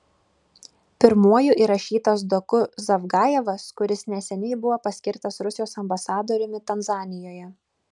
pirmuoju įrašytas doku zavgajevas kuris neseniai buvo paskirtas rusijos ambasadoriumi tanzanijoje